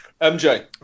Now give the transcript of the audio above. MJ